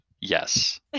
Yes